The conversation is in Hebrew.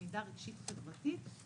למידה רגשית וחברתית,